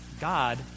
God